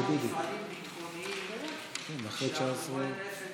חבר הכנסת יעקב אשר, אינו נוכח, חבר הכנסת